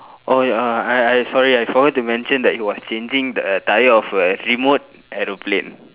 oh uh I I sorry I forgot to mention that he was changing the tyre of a remote aeroplane